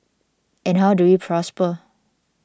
and how do we prosper